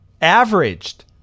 averaged